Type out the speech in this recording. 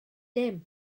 dim